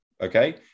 Okay